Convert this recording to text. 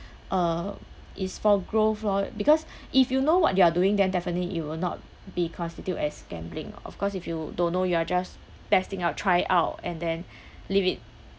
uh it's for growth lor because if you know what you're doing then definitely it will not be constitute as gambling of course if you don't know you're just testing out try out and then leave it